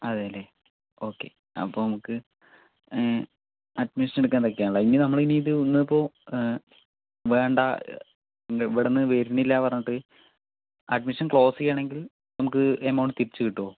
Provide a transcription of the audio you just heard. അതെ അല്ലെ ഓക്കെ അപ്പം നമുക്ക് അഡ്മിഷൻ എടുക്കാൻ ഇതൊക്കെയാണല്ലോ ഇനി നമ്മളിനി ഇത് ഇനിയിപ്പോൾ വേണ്ട ഇവിടുന്ന് വരണില്ല പറഞ്ഞിട്ട് അഡ്മിഷൻ ക്ലോസ് ചെയ്യണമെങ്കിൽ നമുക്ക് എമൗണ്ട് തിരിച്ചുകിട്ടുവോ